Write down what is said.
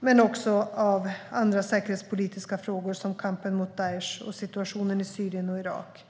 men också av andra säkerhetspolitiska frågor som kampen mot Daish och situationen i Syrien och Irak.